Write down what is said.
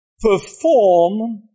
perform